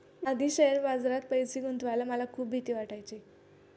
आधी शेअर बाजारात पैसे गुंतवायला मला खूप भीती वाटायची